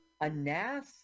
Anas